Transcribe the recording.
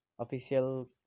Official